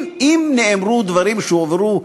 אם נאמרו דברים שהועברו,